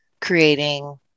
creating